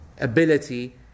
ability